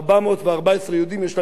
חבר הכנסת אביטל,